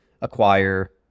acquire